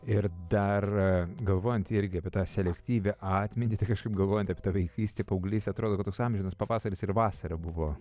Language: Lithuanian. ir dar galvojant irgi apie tą selektyvią atmintį tai kažkaip galvojant kaip tą vaikystę paauglystę atrodo kad toks amžinas pavasaris ir vasara buvo